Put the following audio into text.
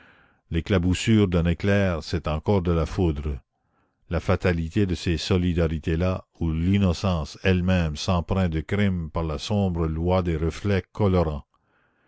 l'éclaboussure d'un éclair c'est encore de la foudre la fatalité a de ces solidarités là où l'innocence elle-même s'empreint de crime par la sombre loi des reflets colorants